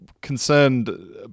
concerned